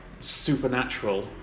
supernatural